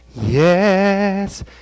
Yes